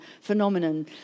phenomenon